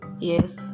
Yes